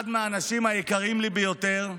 אחד מהאנשים היקרים לי ביותר,